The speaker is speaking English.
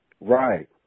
Right